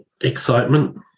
excitement